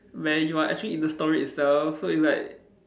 when you are actually in the story itself so it's like